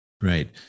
Right